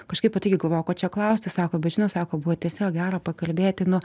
kažkaip pati gi galvoju ko čia klausti sako bet žinot sako buvo tiesiog gera pakalbėti nuo